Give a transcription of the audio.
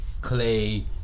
Clay